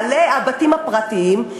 בעלי הבתים הפרטיים,